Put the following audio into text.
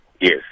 Yes